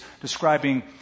describing